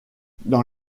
dans